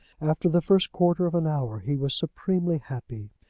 after the first quarter of an hour he was supremely happy.